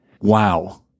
wow